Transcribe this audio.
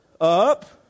Up